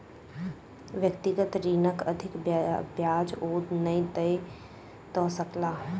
व्यक्तिगत ऋणक अधिक ब्याज ओ नै दय सकला